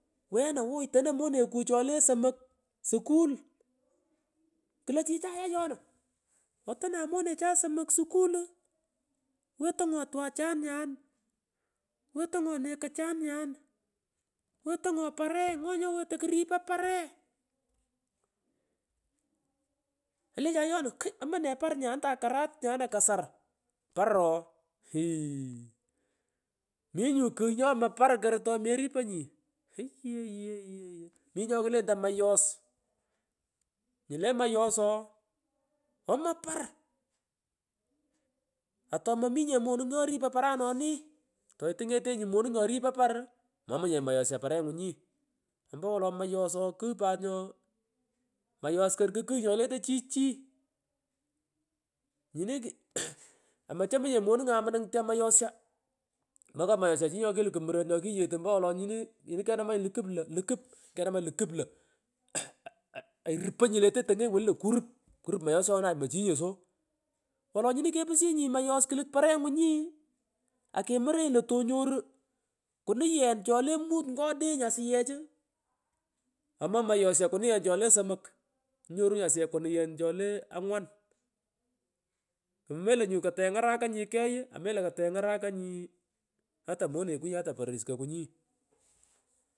Weena ooy tano moneku chole somok suku, iklo chichay oyona otonan monechan somok sukulu, wetongo twachan nyaani wetog ngo twachan nyari wetoy ngo pare, ngonyi wetoy kripoy pare olencha kach wena omone par nya antan karat nyana kar por ooh iiy minyuu kugh nyomog par kor tumeriponyi yeyeye mi nyokulentoy moyos, nyule mayos oohngalan pich omoy par atamominye monung nyoripoi paranoni, toitungetenyi monung nyoripoi paru momonye mayosya parengungi, om bowolo mayo ooh kung pat nyo imayos kor kukugh nyolentoi chi chii nyinik mmh mochomoy nye monungay munung mayosha, mokoy mayosha chi nyokiluku muron nyokiweti ompowolo nyini, nyini kenamanyi lukup io lukup loho ho ho0 iruponyi nyokoto tangangi wooni lo kurup, kurup mayoshanay mochinyeso iwolo nyini kepushini mayos kulut parangunyi akemorenyi lo tonyuru kunuyeri chole mut ngo odeny asuyehu kunuyen chole angwankngalan pich melo nyi kotongarakanyi kegh amelokatengarakayi ata monekanyi ata pororis koku.